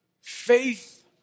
Faith